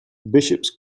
bishops